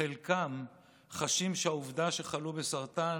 חלקם חשים שהעובדה שחלו בסרטן